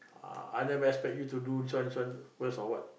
ah i don't espect you to do this one this one first or what